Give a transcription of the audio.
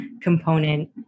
component